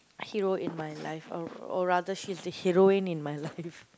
hero in my life uh or rather she's the heroine in my life